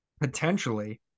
Potentially